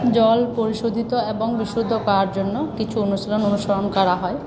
জল পরিশোধিত এবং বিশুদ্ধ করার জন্য কিছু অনুশীলন অনুসরণ করা হয়